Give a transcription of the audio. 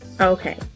Okay